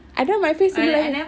I don't want my face to look like that